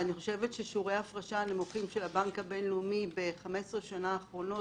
ששיעורי ההפרשה הנמוכים של בנק הבינלאומי ב-15 השנים האחרונות